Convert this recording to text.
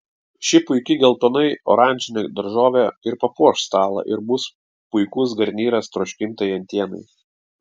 ši puiki geltonai oranžinė daržovė ir papuoš stalą ir bus puikus garnyras troškintai antienai